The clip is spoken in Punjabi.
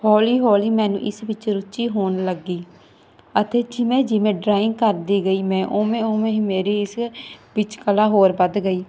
ਹੌਲੀ ਹੌਲੀ ਮੈਨੂੰ ਇਸ ਵਿੱਚ ਰੁਚੀ ਹੋਣ ਲੱਗੀ ਅਤੇ ਜਿਵੇਂ ਜਿਵੇਂ ਡਰਾਇੰਗ ਕਰਦੀ ਗਈ ਮੈਂ ਉਵੇਂ ਉਵੇਂ ਹੀ ਮੇਰੀ ਇਸ ਵਿੱਚ ਕਲਾ ਹੋਰ ਵੱਧ ਗਈ